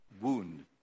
Wound